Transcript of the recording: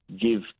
give